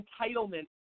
entitlement